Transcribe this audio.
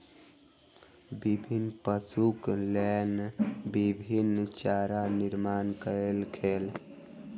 विभिन्न पशुक लेल विभिन्न चारा निर्माण कयल गेल